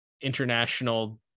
international